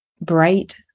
bright